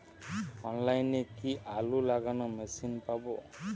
অনলাইনে কি আলু লাগানো মেশিন পাব?